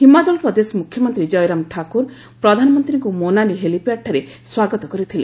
ହିମାଚଳ ପ୍ରଦେଶ ମୁଖ୍ୟମନ୍ତ୍ରୀ ଜୟରାମ ଠାକୁର ପ୍ରଧାନମନ୍ତ୍ରୀଙ୍କୁ ମୋନାଲି ହେଲିପ୍ୟାଡ୍ଠାରେ ସ୍ୱାଗତ କରିଥିଲେ